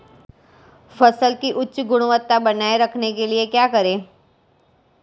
फसल की उच्च गुणवत्ता बनाए रखने के लिए क्या करें?